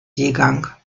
seegang